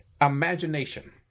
imagination